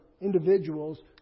individuals